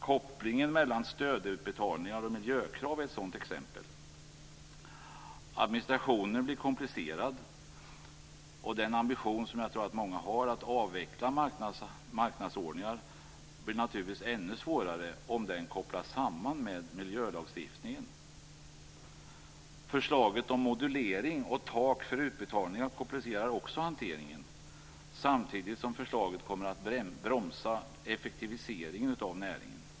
Kopplingen mellan stödutbetalningar och miljökrav är ett sådant exempel. Administrationen blir komplicerad, och ambitionen, som jag tror att många har, att avveckla marknadsordningar blir naturligtvis ännu svårare om den kopplas samman med miljölagstiftningen. Förslaget om modulering och ett tak för utbetalningar komplicerar också hanteringen, samtidigt som förslaget kommer att bromsa effektiviseringen av näringen.